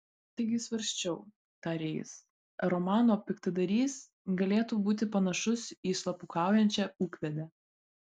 taigi svarsčiau tarė jis ar romano piktadarys galėtų būti panašus į slapukaujančią ūkvedę